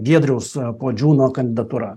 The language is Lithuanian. giedriaus puodžiūno kandidatūra